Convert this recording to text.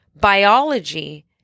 biology